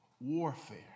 warfare